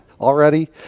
already